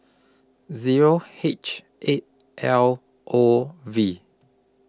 Zero H eight L O V